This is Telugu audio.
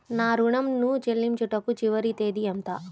నా ఋణం ను చెల్లించుటకు చివరి తేదీ ఎంత?